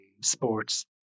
sports